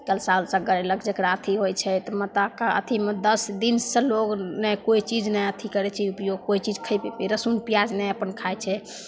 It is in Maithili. कलशा उलशा गड़ेलक जकरा अथी होइ छै तऽ माताके अथीमे दस दिनसे लोक नहि कोइ चीज नहि अथी करै छै उपयोग कोइ चीज खएबै पिबै रसून पिआज अपन नहि खाइ छै